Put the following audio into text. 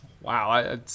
Wow